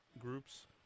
groups